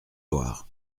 loire